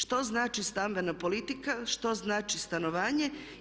Što znači stambena politika, što znači stanovanje?